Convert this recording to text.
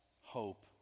hope